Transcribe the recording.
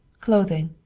clothing,